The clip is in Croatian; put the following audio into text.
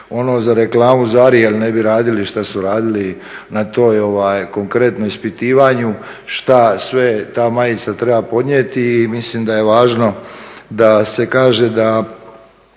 ono za reklamu za Ariel ne bi radili što su radili na tom konkretnom ispitivanju, što sve ta majica treba podnijeti i mislim da je važno da se kaže da